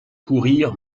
courir